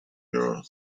your